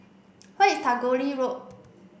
where is Tagore Road